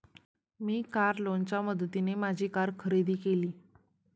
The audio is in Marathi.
मी कार लोनच्या मदतीने माझी कार खरेदी केली